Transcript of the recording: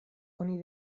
oni